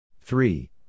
three